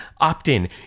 opt-in